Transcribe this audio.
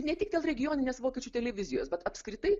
ne tik dėl regioninės vokiečių televizijos bet apskritai